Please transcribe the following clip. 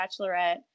bachelorette